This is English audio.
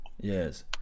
Yes